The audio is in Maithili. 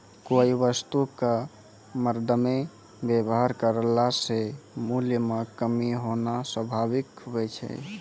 कोय वस्तु क मरदमे वेवहार करला से मूल्य म कमी होना स्वाभाविक हुवै छै